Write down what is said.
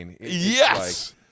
Yes